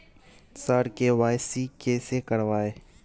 sir KYC कैसे करवाएं